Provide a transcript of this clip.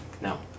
No